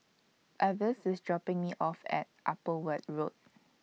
Avis IS dropping Me off At Upper Weld Road